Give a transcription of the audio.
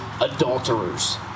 adulterers